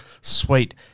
Sweet